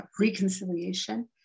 reconciliation